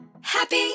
Happy